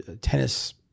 tennis